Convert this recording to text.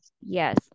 Yes